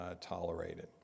tolerated